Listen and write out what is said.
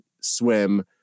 swim